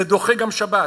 זה דוחה גם שבת.